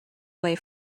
away